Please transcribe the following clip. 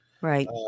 Right